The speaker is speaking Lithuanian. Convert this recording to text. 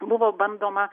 buvo bandoma